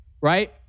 right